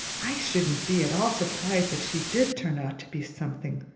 i shouldn't be at all surprised if she did turn out to be something,